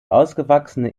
ausgewachsene